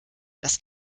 das